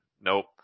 nope